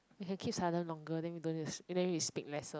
we keep silent longer then we don't need to and then we speak lesser